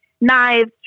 knives